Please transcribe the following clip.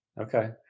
Okay